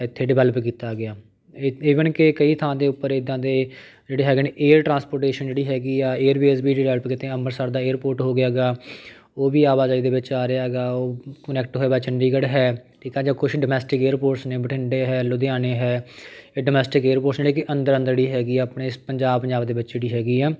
ਇੱਥੇ ਡਿਵੈਲਪ ਕੀਤਾ ਗਿਆ ਇ ਈਵਨ ਕਿ ਕਈ ਥਾਂ ਦੇ ਉੱਪਰ ਇੱਦਾਂ ਦੇ ਜਿਹੜੇ ਹੈਗੇ ਨੇ ਏਅਰ ਟਰਾਂਸਪੋਰਟੇਸ਼ਨ ਜਿਹੜੀ ਹੈਗੀ ਆ ਏਅਰਵੇਜ਼ ਵੀ ਜੇ ਡਿਵੈਲਪ ਕੀਤੇ ਆ ਅੰਬਰਸਰ ਦਾ ਏਅਰਪੋਰਟ ਹੋ ਗਿਆ ਹੈਗਾ ਉਹ ਵੀ ਆਵਾਜਾਈ ਦੇ ਵਿੱਚ ਆ ਰਿਹਾ ਹੈਗਾ ਉਹ ਕੁਨੈਕਟ ਹੋਇਆ ਵਾ ਚੰਡੀਗੜ੍ਹ ਹੈ ਠੀਕ ਹੈ ਜਾਂ ਕੁਝ ਡੋਮੈਸਟਿਕ ਏਅਰਪੋਰਟਸ ਨੇ ਬਠਿੰਡੇ ਹੈ ਲੁਧਿਆਣੇ ਹੈ ਇਹ ਡੋਮੈਸਟਿਕ ਏਅਰਪੋਰਟਸ ਜਿਹੜੇ ਕਿ ਅੰਦਰ ਅੰਦਰ ਜਿਹੜੀ ਹੈਗੀ ਆ ਆਪਣੇ ਪੰਜਾਬ ਪੰਜਾਬ ਦੇ ਵਿੱਚ ਜਿਹੜੀ ਹੈਗੀ ਆ